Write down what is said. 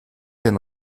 den